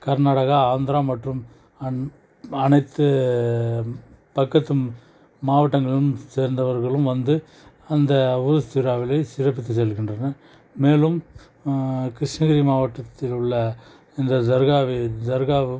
கர்நாடகா ஆந்ரா மற்றும் அனைத்து பக்கத்து மாவட்டங்களும் சேர்ந்தவர்களும் வந்து அந்த உருஸ் திருவிழாக்களை சிறப்பித்து வருகின்றனர் மேலும் கிருஷ்ணகிரி மாவட்டத்திலுள்ள இந்த தர்காவில் தர்காவும்